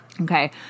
Okay